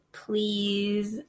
please